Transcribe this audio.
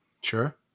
Sure